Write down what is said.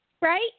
Right